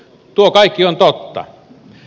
tuo kaikki on totta